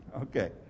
Okay